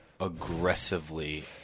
aggressively